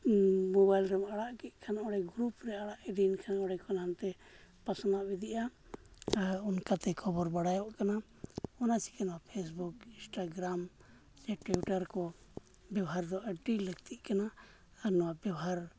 mobile ᱨᱮ ᱟᱲᱟᱜ ᱠᱮᱜ ᱠᱷᱟᱱ ᱚᱸᱰᱮ ᱜᱩᱨᱩᱯ ᱨᱮ ᱟᱲᱟᱜ ᱤᱫᱤᱭᱮᱱ ᱠᱷᱟᱱ ᱚᱸᱰᱮ ᱠᱷᱚᱱ ᱦᱟᱱᱛᱮ ᱯᱟᱥᱱᱟᱣ ᱤᱫᱤᱜᱼᱟ ᱟᱨ ᱚᱱᱠᱟᱛᱮ ᱠᱷᱚᱵᱚᱨ ᱵᱟᱲᱟᱭᱚᱜ ᱠᱟᱱᱟ ᱚᱱᱟ ᱪᱤᱠᱟᱹ ᱱᱚᱣᱟ ᱯᱷᱮᱥᱵᱩᱠ ᱤᱱᱥᱴᱟᱜᱨᱟᱢ ᱥᱮ ᱴᱩᱭᱴᱟᱨ ᱠᱚ ᱵᱮᱵᱚᱦᱟᱨ ᱫᱚ ᱟᱹᱰᱤ ᱞᱟᱹᱠᱛᱤᱜ ᱠᱟᱱᱟ ᱟᱨ ᱱᱚᱣᱟ ᱵᱮᱦᱣᱟᱨ